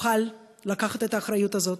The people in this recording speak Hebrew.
תוכל לקחת את האחריות הזאת,